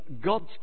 God's